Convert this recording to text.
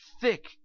thick